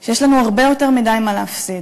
כי יש לנו הרבה יותר מדי מה להפסיד,